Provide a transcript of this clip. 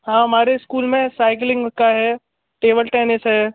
हाँ हमारे स्कूल में साइकिलिंग का है टेबल टेनिस है